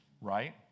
right